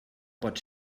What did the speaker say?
pot